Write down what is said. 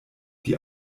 die